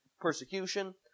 Persecution